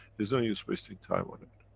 there's no use wasting time on it.